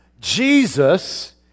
Jesus